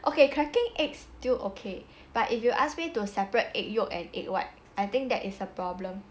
okay cracking eggs still okay but if you ask me to separate egg yolk and egg white I think that is a problem